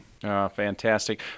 Fantastic